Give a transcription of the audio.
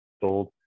sold